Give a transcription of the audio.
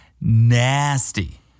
nasty